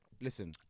Listen